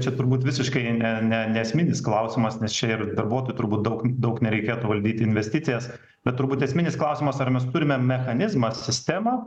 čia turbūt visiškai ne ne neesminis klausimas nes čia ir darbuotojų turbūt daug daug nereikė valdyti investicijas bet turbūt esminis klausimas ar mes turime mechanizmą sistemą